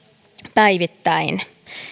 päivittäin